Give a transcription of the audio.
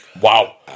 wow